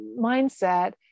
mindset